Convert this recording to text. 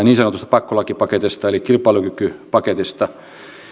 niin sanotusta pakkolakipaketista eli kilpailukykypaketista